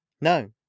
No